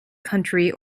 country